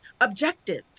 objective